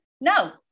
No